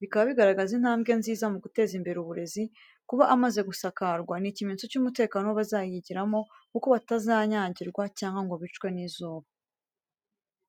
Bikaba bigaragaza intambwe nziza mu guteza imbere uburezi. Kuba amaze gusakarwa ni ikimenyetso cy’umutekano w’abazayigiramo, kuko batazanyagirwa cyangwa ngo bicwe n'izuba.